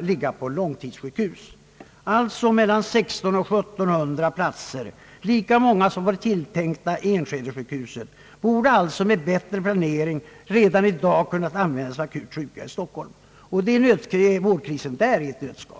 ligga på långtidssjukhus. Det var alltså fråga om mellan 1600 och 1700 platser — lika många som skulle kunna rymmas i det tilltänkta sjukhuset i Enskede. Dessa platser borde alltså med bättre planering redan i dag ha kunnat användas för akut sjuka här i Stockholm. Det är en lokal vårdkris i ett nötskal.